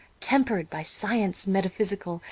temper'd by science metaphysical,